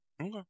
Okay